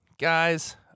Guys